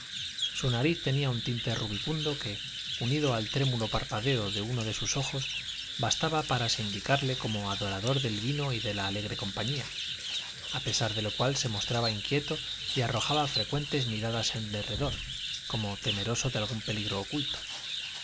su nariz tenía un tinte rubicundo que unido al trémulo parpadeo de uno de sus ojos bastaba para sindicarle como adorador del vino y de la alegre compañía a pesar de lo cual se mostraba inquieto y arrojaba frecuentes miradas en derredor como temeroso de algún peligro oculto